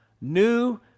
new